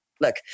look